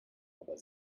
aber